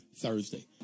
Thursday